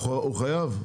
הוא חייב?